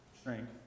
strength